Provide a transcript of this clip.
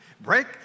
Break